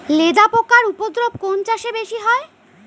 লেদা পোকার উপদ্রব কোন চাষে বেশি হয়?